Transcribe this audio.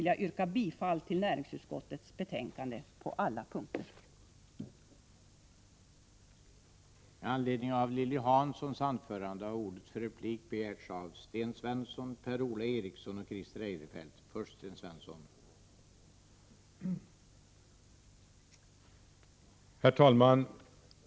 Jag yrkar bifall till utskottets hemställan på alla punkter i näringsutskottets betänkande.